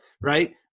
right